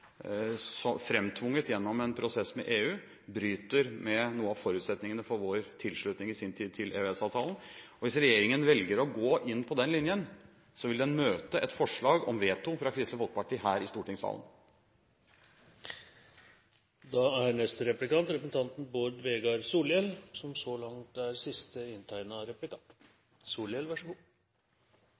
gjennom en prosess med EU, bryter med noen av forutsetningene for vår tilslutning i sin tid til EØS-avtalen. Hvis regjeringen velger å gå inn på den linjen, vil den møte et forslag om veto fra Kristelig Folkeparti her i stortingssalen. Eg kunne tenkje meg å utfordre representanten Høybråten på litt av det same som eg tok opp etter representanten Høglunds innlegg. Han er